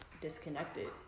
disconnected